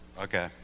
okay